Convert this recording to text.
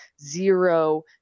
zero